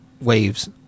waves